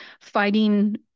fighting